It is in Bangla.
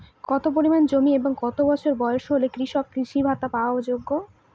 কত পরিমাণ জমি এবং কত বছর বয়স হলে কৃষক কৃষি ভাতা পাওয়ার যোগ্য?